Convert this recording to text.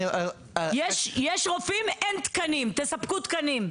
יש רופאים, אין תקנים, תספקו תקנים.